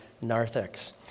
Narthex